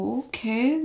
okay